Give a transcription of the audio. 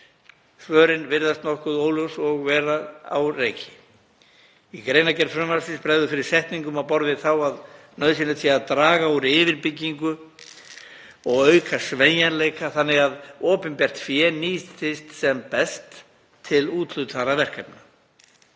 Svörin virðast nokkuð óljós og vera á reiki. Í greinargerð frumvarpsins bregður fyrir setningum á borð við þá að nauðsynlegt sé að draga úr yfirbyggingu og auka sveigjanleika þannig að opinbert fé nýtist sem best til úthlutaðra verkefna.